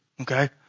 Okay